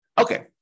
Okay